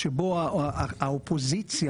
אנחנו נמצאים כאן אחרי שנה בה האופוזיציה